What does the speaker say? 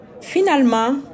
Finalement